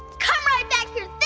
come right back here